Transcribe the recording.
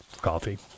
coffee